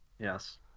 Yes